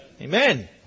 Amen